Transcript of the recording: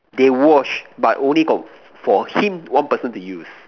they wash but only got for him one person to use